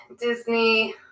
Disney